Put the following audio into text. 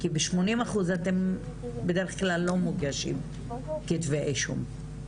כי ב-80 אחוז אתם בדרך כלל לא מוגשים כתבי אישום.